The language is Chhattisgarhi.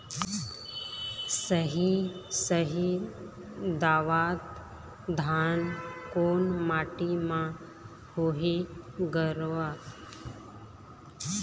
साही शाही दावत धान कोन माटी म होही गरवा?